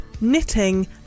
knitting